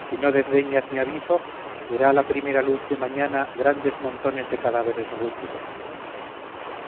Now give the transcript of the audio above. si no desdeñas mi aviso verá la primera luz de mañana grandes montones de cadáveres rútulos